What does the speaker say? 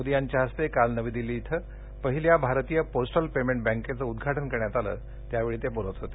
मोदी यांच्या हस्ते काल नवी दिल्ली इथं पहिल्या भारतीय पोस्टल पेमेंट बँकेचं उद्घाटन करण्यात आलं त्यावेळी ते बोलत होते